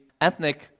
ethnic